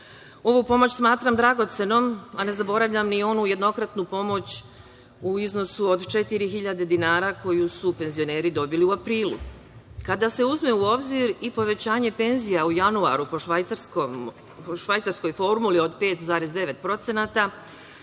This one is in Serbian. pomoć smatram dragocenom, a ne zaboravljam ni onu jednokratnu pomoć u iznosu od 4.000 dinara koju su penzioneri dobili u aprilu. Kada se uzme u obzir i povećanje penzija u januaru po „švajcarskoj formuli“ od 5,9%,